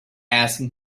asking